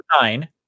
nine